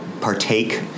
partake